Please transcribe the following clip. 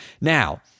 Now